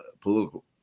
political